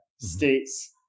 states